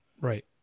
Right